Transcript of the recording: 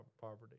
poverty